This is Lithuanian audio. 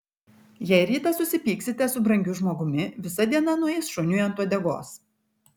jei rytą susipyksite su brangiu žmogumi visa diena nueis šuniui ant uodegos